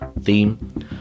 theme